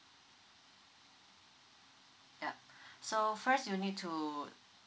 yup so first you'll need to